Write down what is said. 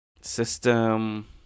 system